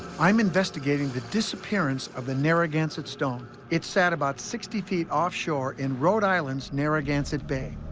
i'm investigating the disappearance of the narragansett stone. it sat about sixty feet offshore in rhode island's narragansett bay.